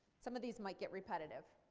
some of these might get repetitive.